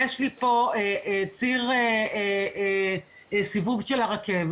יש לי פה ציר סיבוב של הרכבת,